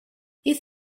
these